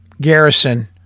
Garrison